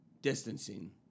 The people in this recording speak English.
Distancing